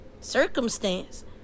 circumstance